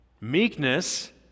Meekness